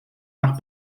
nach